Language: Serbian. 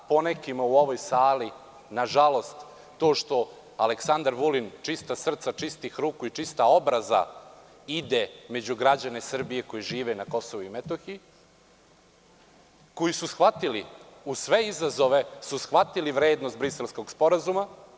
Ponekima u ovoj sali smeta, nažalost, to što Aleksandar Vulin čista srca, čistih ruku i čista obraza ide među građane Srbije koji žive na Kosovu i Metohiji, koji su shvatili, uz sve izazove, vrednost Briselskog sporazuma.